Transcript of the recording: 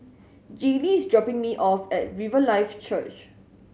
Jaylee is dropping me off at Riverlife Church